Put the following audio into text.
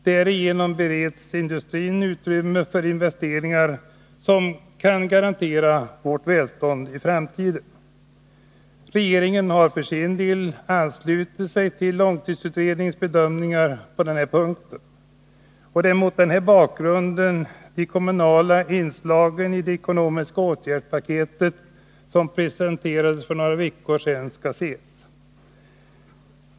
Därigenom bereds industrin utrymme för investeringar som kan garantera oss välstånd i framtiden. Regeringen har för sin del anslutit sig till långtidsutredningens bedömningar på denna punkt. Det är mot den bakgrunden de kommunala inslagen i det ekonomiska åtgärdspaketet, som presenterades för några veckor sedan, skall ses.